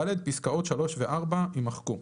(ד)פסקאות (3) ו-(4) יימחקו,"